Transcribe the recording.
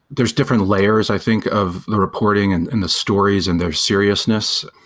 there's different layers, i think, of the reporting and and the stories and their seriousness.